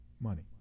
Money